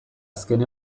azken